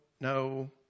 no